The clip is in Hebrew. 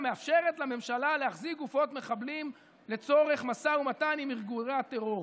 המאפשרת לממשלה להחזיק גופות מחבלים לצורך משא ומתן עם ארגוני הטרור.